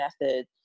method